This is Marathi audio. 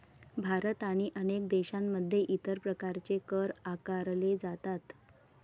भारत आणि अनेक देशांमध्ये इतर प्रकारचे कर आकारले जातात